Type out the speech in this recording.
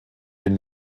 den